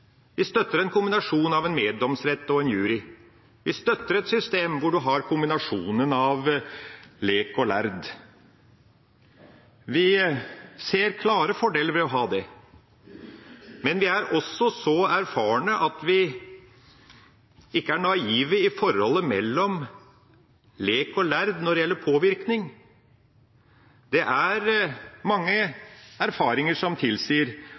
og en jury, vi støtter et system hvor en har kombinasjonen av lek og lærd. Vi ser klare fordeler ved å ha det. Men vi er også så erfarne at vi ikke er naive med hensyn til forholdet mellom lek og lærd når det gjelder påvirkning. Det er mange erfaringer som tilsier